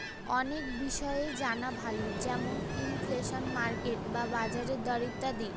অনেক বিষয় জানা ভালো যেমন ইনফ্লেশন, মার্কেট বা বাজারের দর ইত্যাদি